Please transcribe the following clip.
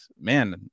man